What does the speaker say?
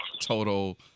Total